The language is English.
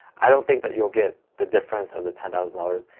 i don't think that you'll get the difference of the ten thousand dollars.